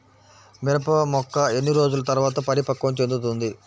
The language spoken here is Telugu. మిరప మొక్క ఎన్ని రోజుల తర్వాత పరిపక్వం చెందుతుంది?